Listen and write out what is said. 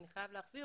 אני חייב להחזיר,